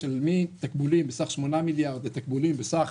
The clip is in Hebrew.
מתקבולים בסך 8 מיליארד לתקבולים בסך